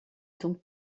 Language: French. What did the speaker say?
donc